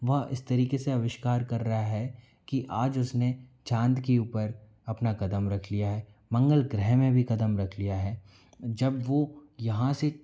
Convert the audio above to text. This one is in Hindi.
वह इस तरीके से अविष्कार कर रहा है कि आज उसने चांद की ऊपर अपना कदम रख लिया है मंगल ग्रह में भी कदम रख लिया है जब वह यहाँ से